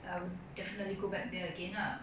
I would definitely go back there again lah